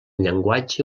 llenguatge